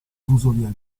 fusoliera